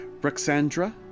Bruxandra